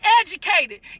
educated